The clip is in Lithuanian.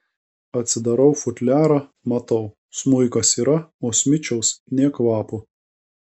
atsidarau futliarą matau smuikas yra o smičiaus nė kvapo